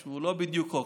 שהוא לא בדיוק חוק,